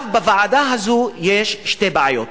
בוועדה הזאת יש שתי בעיות: